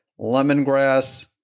lemongrass